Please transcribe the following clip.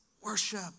worship